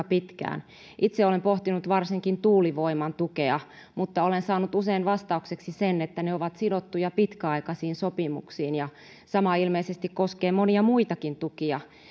pitkään itse olen pohtinut varsinkin tuulivoiman tukea mutta olen saanut usein vastaukseksi sen että ne ovat sidottuja pitkäaikaisiin sopimuksiin sama ilmeisesti koskee monia muitakin tukia